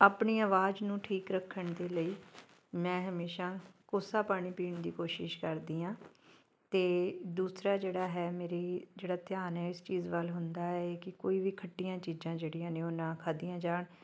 ਆਪਣੀ ਆਵਾਜ਼ ਨੂੰ ਠੀਕ ਰੱਖਣ ਦੇ ਲਈ ਮੈਂ ਹਮੇਸ਼ਾ ਕੋਸਾ ਪਾਣੀ ਪੀਣ ਦੀ ਕੋਸ਼ਿਸ਼ ਕਰਦੀ ਹਾਂ ਅਤੇ ਦੂਸਰਾ ਜਿਹੜਾ ਹੈ ਮੇਰੀ ਜਿਹੜਾ ਧਿਆਨ ਇਸ ਚੀਜ਼ ਵੱਲ ਹੁੰਦਾ ਏ ਕਿ ਕੋਈ ਵੀ ਖੱਟੀਆਂ ਚੀਜ਼ਾਂ ਜਿਹੜੀਆਂ ਨੇ ਉਹ ਨਾ ਖਾਦੀਆਂ ਜਾਣ